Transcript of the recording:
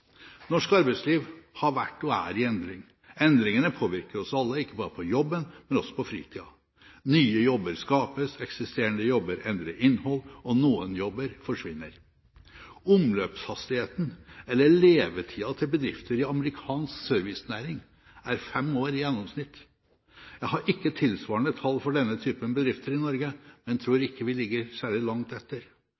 Norsk arbeidsliv har vært og er i endring. Endringene påvirker oss alle, ikke bare på jobben, men også på fritida. Nye jobber skapes, eksisterende jobber endrer innhold, og noen jobber forsvinner. Omløpshastigheten eller levetida til bedrifter i amerikansk servicenæring er fem år i gjennomsnitt. Jeg har ikke tilsvarende tall for denne typen bedrifter i Norge, men jeg tror